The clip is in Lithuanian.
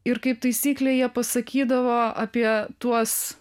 ir kaip taisyklė jie pasakydavo apie tuos